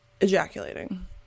ejaculating